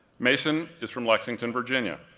mason is from lexington, virginia,